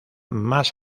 más